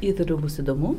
įtariu bus įdomu